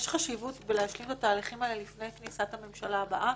יש חשיבות בלהשלים את ההליכים האלה לפני כניסת הממשלה הבאה.